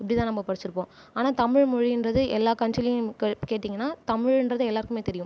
இப்படிதான் நம்ம படிச்சுருப்போம் ஆனால் தமிழ் மொழின்றது எல்லா கண்ட்ரிலேயும் க கேட்டீங்கன்னா தமிழ் என்றது எல்லாருக்குமே தெரியும்